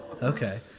okay